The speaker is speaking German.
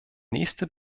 nächste